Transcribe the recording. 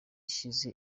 ishize